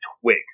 twig